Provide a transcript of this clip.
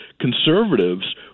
conservatives